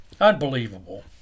Unbelievable